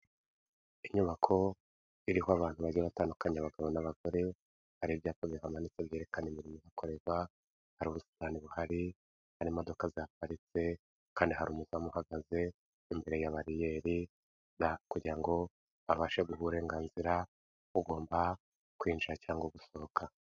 Inyubako iriho abantu bagiye batandukanye abagabo n'abagore, hari ibyapa bihamanitse byerekana imirimo ihakorerwa hari ubusitani buhari hari imodoka zaparitse kandi hari umugabo uhagaze imbere ya bariyeri kugira ngo abashe guha uburenganzira ugomba kwinjira cyangwa gusohoroka.